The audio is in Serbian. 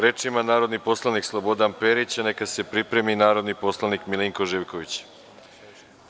Reč ima narodni poslanik Slobodan Perić, neka se pripremi narodni poslanik Milinko Živković.